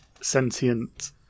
sentient